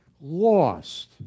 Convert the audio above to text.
lost